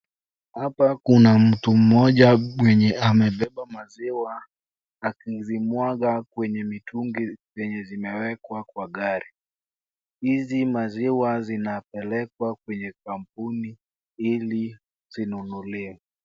Hapa kuna mtu mmoja mwenye amebeba maziwa akizimwaga kwenye mitungi zenye zinawekwa kwa gari. Hizi maziwa zinapelekwa kwenye kampuni ili zinunuliwe.